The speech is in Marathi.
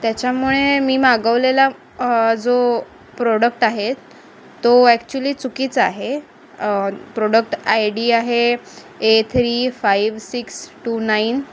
त्याच्यामुळे मी मागवलेला जो प्रोडक्ट आहे तो ॲक्चुअली चुकीचा आहे प्रोडक्ट आय डी आहे A three five six two nine